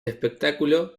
espectáculo